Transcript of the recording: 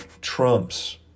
trumps